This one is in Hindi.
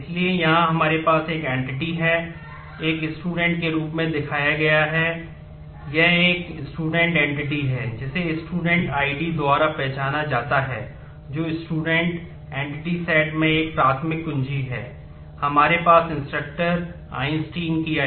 तोये एंटिटी सेट्स के साथ